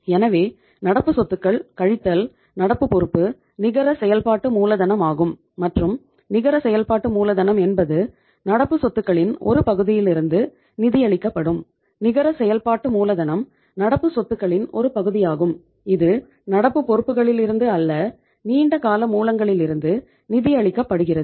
எனவே நடப்பு சொத்துக்கள் கழித்தல் நடப்பு பொறுப்பு நிகர செயல்பாட்டு மூலதனம் ஆகும் மற்றும் நிகர செயல்பாட்டு மூலதனம் என்பது நடப்பு சொத்துக்களின் ஒரு பகுதியிலிருந்து நிதியளிக்கப்படும் நிகர செயல்பாட்டு மூலதனம் நடப்பு சொத்துக்களின் ஒரு பகுதியாகும் இது நடப்பு பொறுப்புகளிலிருந்து அல்ல நீண்ட கால மூலங்களிலிருந்து நிதியளிக்கப்படுகிறது